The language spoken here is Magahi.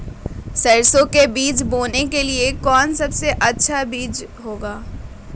सरसो के बीज बोने के लिए कौन सबसे अच्छा बीज होगा?